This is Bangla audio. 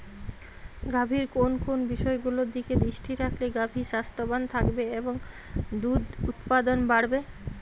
গাভীর কোন কোন বিষয়গুলোর দিকে দৃষ্টি রাখলে গাভী স্বাস্থ্যবান থাকবে বা দুধ উৎপাদন বাড়বে?